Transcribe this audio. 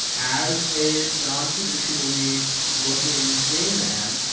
as a nontraditionally looking gay man,